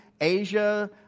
Asia